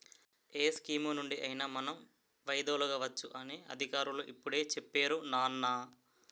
ఏ స్కీమునుండి అయినా మనం వైదొలగవచ్చు అని అధికారులు ఇప్పుడే చెప్పేరు నాన్నా